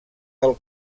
del